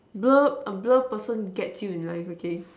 blur a blur person gets you in life okay